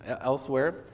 elsewhere